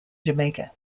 jamaica